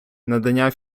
надання